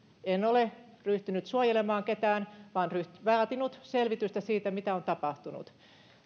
en ole ryhtynyt suojelemaan ketään vaan vaatinut selvitystä siitä mitä on tapahtunut